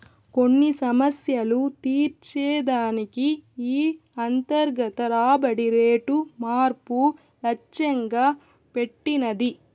కొన్ని సమస్యలు తీర్చే దానికి ఈ అంతర్గత రాబడి రేటు మార్పు లచ్చెంగా పెట్టినది